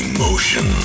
Emotion